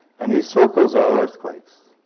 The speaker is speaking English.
and these circles are earthquakes.